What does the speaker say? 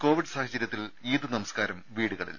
Covid സാഹചര്യത്തിൽ ഈദ് നമസ്കാരം വീടുകളിൽ